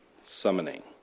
summoning